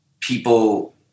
people